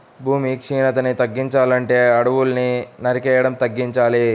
భూమి క్షీణతని తగ్గించాలంటే అడువుల్ని నరికేయడం తగ్గించాలి